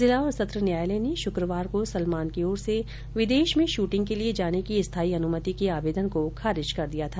जिला और सत्र न्यायालय ने शक्रवार को सलमान की ओर से विदेश में शूटिंग के लिए जाने की स्थायी अनुमति के आवेदन को खारिज कर दिया था